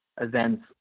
events